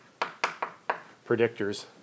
predictors